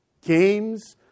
games